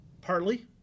Partly